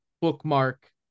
bookmark